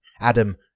Adam